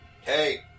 Hey